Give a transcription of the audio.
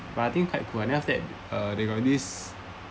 but I think quite cool ah then after that uh they got this